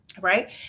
right